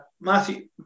Matthew